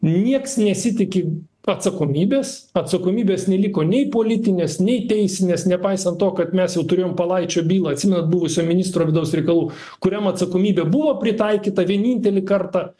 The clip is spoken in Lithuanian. nieks nesitiki atsakomybės atsakomybės neliko nei politinės nei teisinės nepaisant to kad mes jau turėjom palaičio bylą atsimenat buvusio ministro vidaus reikalų kuriam atsakomybė buvo pritaikyta vienintelį kartą